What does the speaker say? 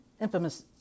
infamous